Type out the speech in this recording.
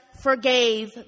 forgave